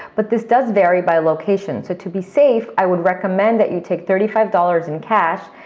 but this does vary by location. so to be safe, i would recommend that you take thirty five dollars in cash,